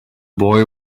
boy